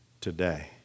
today